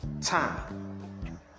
time